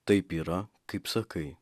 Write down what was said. taip yra kaip sakai